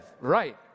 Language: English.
Right